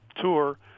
tour